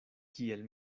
kiel